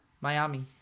Miami